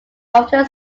often